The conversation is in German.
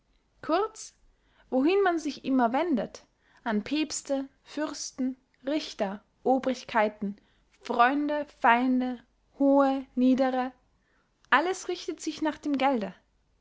kurz wohin man sich immer wendet an päbste fürsten richter obrigkeiten freunde feinde hohe niedere alles richtet sich nach dem gelde